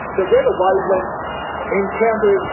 the redder wavelengths encounter,